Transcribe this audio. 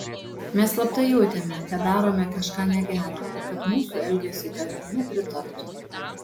mes slapta jautėme kad darome kažką negera ir kad mūsų elgesiui tėvai nepritartų